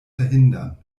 verhindern